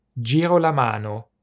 Girolamano